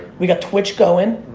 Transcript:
we got twitch going.